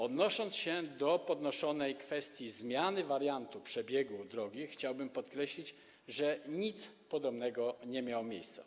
Odnosząc się do podnoszonej kwestii zmiany wariantu przebiegu drogi, chciałbym podkreślić, że nic podobnego nie miało miejsca.